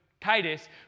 titus